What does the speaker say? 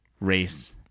race